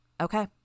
Okay